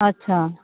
अच्छा